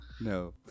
no